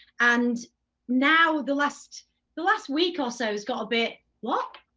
and now the last the last week or so it has got a bit whopped.